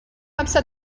upset